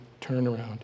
turnaround